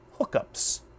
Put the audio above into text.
hookups